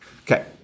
Okay